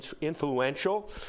influential